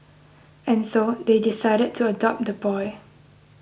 and so they decided to adopt the boy